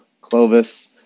Clovis